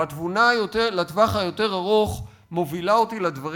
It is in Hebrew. והתבונה לטווח היותר ארוך מובילה אותי לדברים